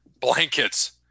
Blankets